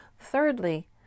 Thirdly